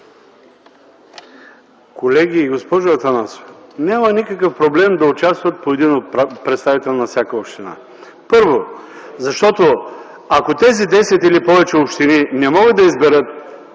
Колеги, госпожо Атанасова! Няма никакъв проблем да участва по един представител на всяка община. Първо, защото ако тези десет или повече общини не могат да изберат